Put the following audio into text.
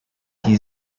die